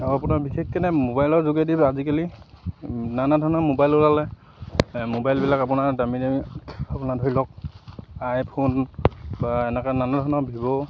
আৰু আপোনাৰ বিশেষকৈ মোবাইলৰ যোগেদি আজিকালি নানা ধৰণৰ মোবাইল ওলালে মোবাইলবিলাক আপোনাৰ দামী দামী আপোনাৰ ধৰি লওক আইফোন বা এনেকৈ নানা ধৰণৰ ভিভ'